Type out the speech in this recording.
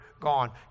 gone